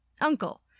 uncle